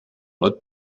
mode